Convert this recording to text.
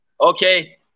okay